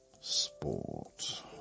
Sport